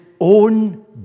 own